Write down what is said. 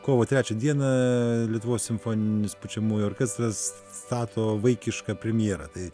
kovo trečią dieną lietuvos simfoninis pučiamųjų orkestras stato vaikišką premjerą tai